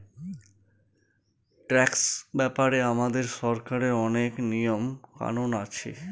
tax ব্যাপারে আমাদের সরকারের অনেক নিয়ম কানুন আছে